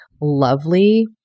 lovely